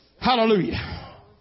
Hallelujah